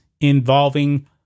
involving